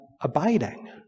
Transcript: abiding